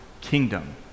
kingdom